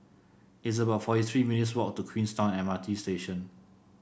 it's about forty three minutes' walk to Queenstown M R T Station